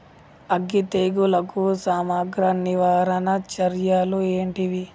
అగ్గి తెగులుకు సమగ్ర నివారణ చర్యలు ఏంటివి?